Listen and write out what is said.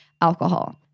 alcohol